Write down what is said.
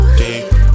deep